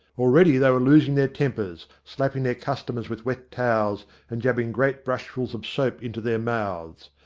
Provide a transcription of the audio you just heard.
already they were losing their tempers, slapping their customers with wet towels and jabbing great brushfuls of soap into their mouths.